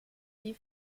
die